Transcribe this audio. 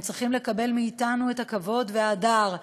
הם צריכים לקבל מאתנו את הכבוד וההדר,